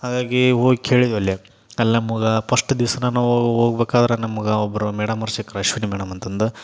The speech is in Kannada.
ಹಾಗಾಗಿ ಹೋಗ್ ಕೇಳಿದ್ವಿ ಅಲ್ಲಿ ಅಲ್ಲಿ ನಮಗ ಪಸ್ಟ್ ದಿವಸ ನಾನು ಹೋಗ್ಬಕಾದ್ರ್ ನಮಗ ಒಬ್ಬರು ಮೇಡಮ್ಮವ್ರು ಸಿಕ್ದ್ರ್ ಅಶ್ವಿನಿ ಮೇಡಮ್ ಅಂತಂದು